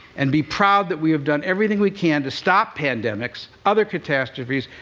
and be proud that we have done everything we can to stop pandemics, other catastrophes,